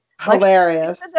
hilarious